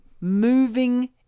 Moving